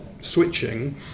switching